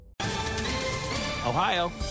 Ohio